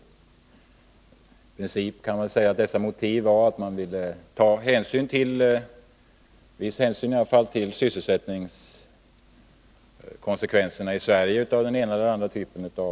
I princip kan man säga att ett av motiven var att man ville ta viss hänsyn till sysselsättningskonsekvenserna i Sverige.